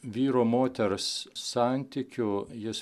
vyro moters santykių jis